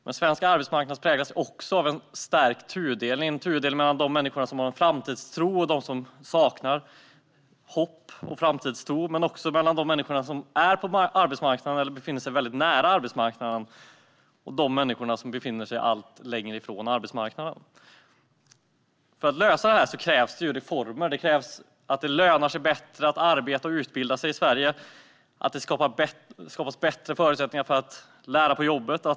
Men svensk arbetsmarknad präglas också av en större tudelning mellan de människor som har framtidstro och de som saknar hopp. Det finns också en tudelning mellan de människor som är på eller befinner sig väldigt nära arbetsmarknaden och de människor som står allt längre ifrån den. För att komma till rätta med detta krävs det reformer. Det ska löna sig bättre att arbeta och utbilda sig i Sverige. Det bör skapas bättre förutsättningar för att lära på jobbet.